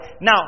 Now